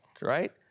right